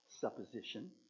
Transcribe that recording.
supposition